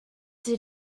did